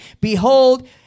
Behold